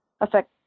affect